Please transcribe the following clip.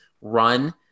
run